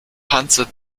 panzer